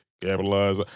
capitalize